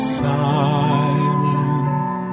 silent